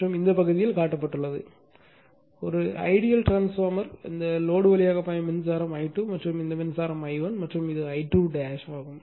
எனவே இந்த பகுதியில் காட்டப்பட்டுள்ளது இலட்சிய டிரான்ஸ்பார்மர் இந்த லோடு வழியாக பாயும் மின்சாரம் I2 மற்றும் இந்த மின்சாரம் I1 மற்றும் இது I2